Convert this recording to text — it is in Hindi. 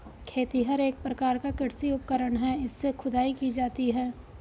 खेतिहर एक प्रकार का कृषि उपकरण है इससे खुदाई की जाती है